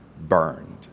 burned